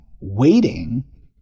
waiting